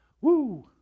woo